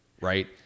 right